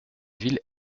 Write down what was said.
ville